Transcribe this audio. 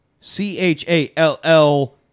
C-H-A-L-L